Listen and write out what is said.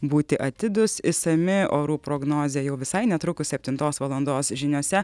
būti atidūs išsami orų prognozė jau visai netrukus septintos valandos žiniose